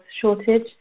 shortage